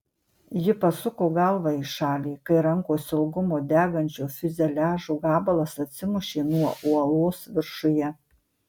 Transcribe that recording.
ji pasuko galvą į šalį kai rankos ilgumo degančio fiuzeliažo gabalas atsimušė nuo uolos viršuje